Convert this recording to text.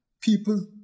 people